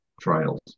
trials